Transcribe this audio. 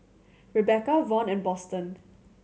Rebecca Von and Boston